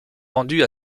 vendues